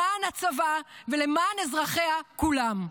למען הצבא ולמען אזרחיה כולם.